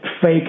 fake